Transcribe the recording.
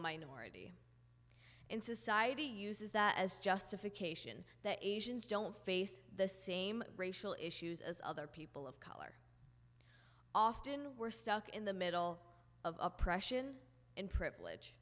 minority in society uses that as justification that asians don't face the same racial issues as other people of often we're stuck in the middle of a pression in privilege